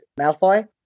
Malfoy